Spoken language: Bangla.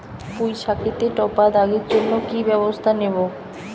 পুই শাকেতে টপা দাগের জন্য কি ব্যবস্থা নেব?